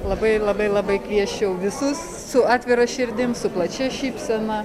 labai labai labai kviesčiau visus su atvira širdim su plačia šypsena